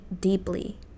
deeply